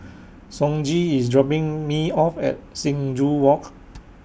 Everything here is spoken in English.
Sonji IS dropping Me off At Sing Joo Walk